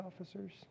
officers